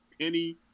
Penny